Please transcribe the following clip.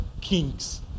kings